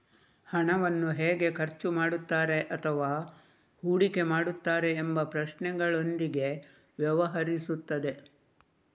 ಹಣವನ್ನು ಹೇಗೆ ಖರ್ಚು ಮಾಡುತ್ತಾರೆ ಅಥವಾ ಹೂಡಿಕೆ ಮಾಡುತ್ತಾರೆ ಎಂಬ ಪ್ರಶ್ನೆಗಳೊಂದಿಗೆ ವ್ಯವಹರಿಸುತ್ತದೆ